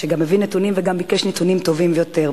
שגם מביא נתונים וגם ביקש נתונים טובים יותר.